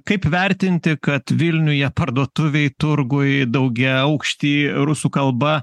kaip vertinti kad vilniuje parduotuvėj turguj daugiaaukšty rusų kalba